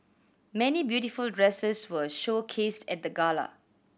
many beautiful dresses were showcased at the gala